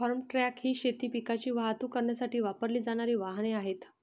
form truck ही शेती पिकांची वाहतूक करण्यासाठी वापरली जाणारी वाहने आहेत